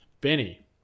Benny